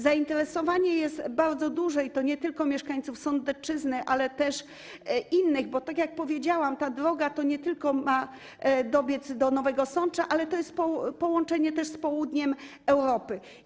Zainteresowanie jest bardzo duże i to nie tylko mieszkańców Sądecczyzny, ale też innych, bo tak jak powiedziałam, ta droga nie tylko ma dobiec do Nowego Sącza, ale to jest połączenie też z południem Europy.